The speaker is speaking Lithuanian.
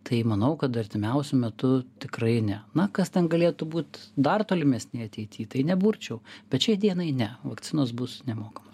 tai manau kad artimiausiu metu tikrai ne na kas ten galėtų būt dar tolimesnėj ateity tai neburčiau bet šiai dienai ne vakcinos bus nemokamos